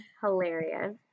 hilarious